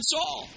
Saul